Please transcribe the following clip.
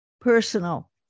Personal